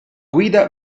guida